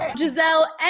Giselle